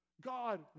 God